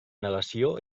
negació